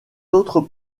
autres